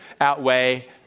outweigh